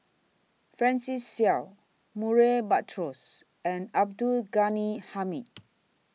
Francis Seow Murray Buttrose and Abdul Ghani Hamid